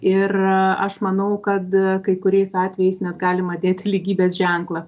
ir aš manau kad kai kuriais atvejais net galima dėti lygybės ženklą